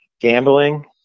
gambling